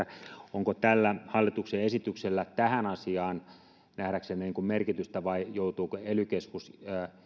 onko tällä hallituksen esityksellä tähän asiaan nähdäksenne merkitystä vai joutuuko ely keskus